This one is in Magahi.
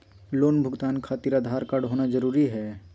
लोन भुगतान खातिर आधार कार्ड होना जरूरी है?